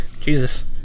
Jesus